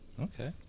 Okay